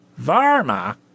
Varma